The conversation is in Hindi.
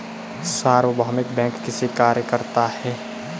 सार्वभौमिक बैंक कैसे कार्य करता है?